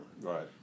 Right